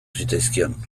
zitzaizkion